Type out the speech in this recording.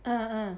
ah ah